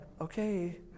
okay